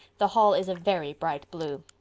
the hall is a very bright blue